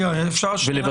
רגע, אפשר שאלה?